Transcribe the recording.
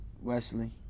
Wesley